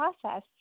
process